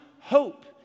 Hope